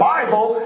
Bible